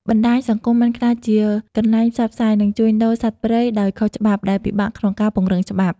បណ្តាញសង្គមបានក្លាយជាកន្លែងផ្សព្វផ្សាយ និងជួញដូរសត្វព្រៃដោយខុសច្បាប់ ដែលពិបាកក្នុងការពង្រឹងច្បាប់។